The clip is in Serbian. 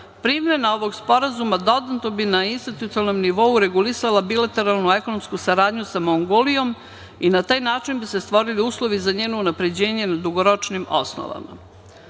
primena ovog sporazuma dodatno bi na institucionalnom nivou regulisala bilateralno-ekonomsku saradnju sa Mongolijom i na taj način bi se stvorili uslovi za njeno unapređenje na dugoročnim osnovama. Takođe,